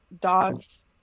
dogs